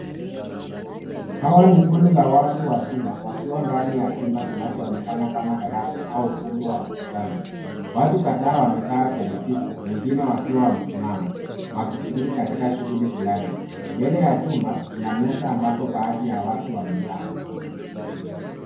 Hawa ni kundi la watu wazima wakiwa ndani ya chumba kinachoonekana kama darasa au ukumbi wa makutano. Watu kadhaa wamekaa kwenye viti wengine wakiwa wamesimama wakishiriki katika shughuli fulani. Mbele ya chumba kuna meza ambapo baadhi ya watu wamekaa.